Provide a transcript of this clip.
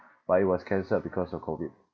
but it was cancelled because of COVID